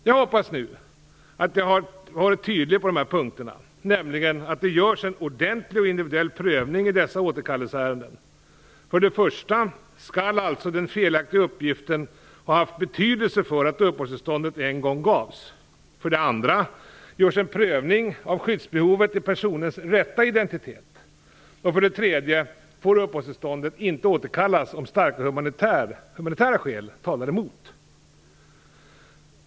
Jag hoppas nu att jag har varit tydlig på dessa punkter, nämligen att det görs en ordentlig och individuell prövning i dessa återkallelseärenden. För det första skall alltså den felaktiga uppgiften ha haft betydelse för att uppehållstillståndet en gång gavs, för det andra görs en prövning av skyddsbehovet under personens rätta identitet, och för det tredje får uppehållstillståndet inte återkallas om starka humanitära skäl talar emot.